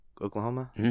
Oklahoma